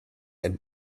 and